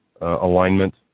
alignment